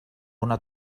una